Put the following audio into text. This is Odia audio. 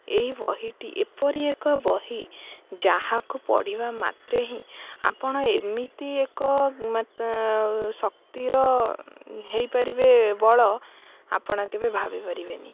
ଏହି ବହିଟି ଏପରି ଏକ ବହି ଯାହାକୁ ପଢ଼ିବା ମାତ୍ରେ ହିଁ ଆପଣ ଏମିତି ଏକ ଶକ୍ତିର ହେଇପାରିବେ ବଳ ଆପଣ କେବେ ଭାବିପାରିବେନି